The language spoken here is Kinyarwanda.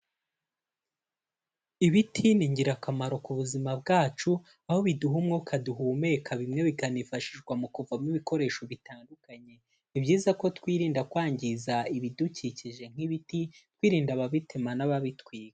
Ibiti ni ingirakamaro ku buzima bwacu aho biduha umwuka duhumeka bimwe bikanifashishwa mu kuvamo ibikoresho bitandukanye. Ni byiza ko twirinda kwangiza ibidukikije nk'ibiti, twirinda ababitema n'ababitwika.